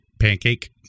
Pancake